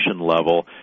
level